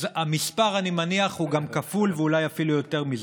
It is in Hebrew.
אז אני מניח שהמספר הוא גם כפול ואולי יותר מזה.